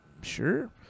Sure